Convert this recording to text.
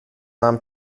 nahm